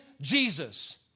Jesus